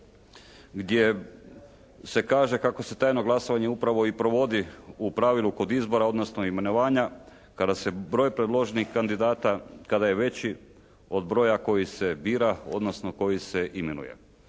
gdje se kaže, kako se tajno glasovanje upravo i provodi u pravilu kod izbora odnosno imenovanja kada se broj predloženih kandidata kada je veći od broja koji se bira odnosno koji se imenuje.